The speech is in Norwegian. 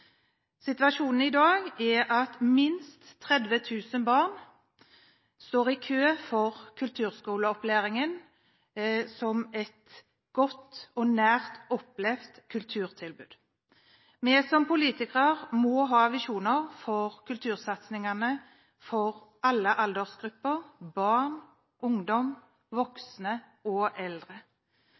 Situasjonen i dag er at minst 30 000 barn står i kø for kulturskoleopplæring, som er et godt og nært opplevd kulturtilbud. Vi som politikere må ha visjoner for kultursatsingen for alle aldersgrupper – barn, ungdom, voksne og eldre.